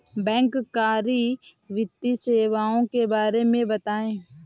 बैंककारी वित्तीय सेवाओं के बारे में बताएँ?